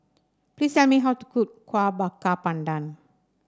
please tell me how to cook Kueh Bakar Pandan